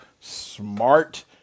smart